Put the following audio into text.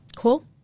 Cool